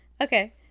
Okay